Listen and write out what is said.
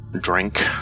drink